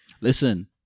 Listen